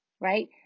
right